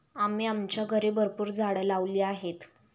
आम्ही आमच्या घरी भरपूर झाडं लावली आहेत